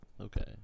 Okay